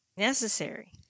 necessary